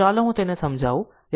તો ચાલો હું તેને સમજાવું કરું